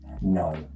No